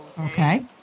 Okay